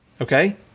Okay